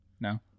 No